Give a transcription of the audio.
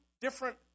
different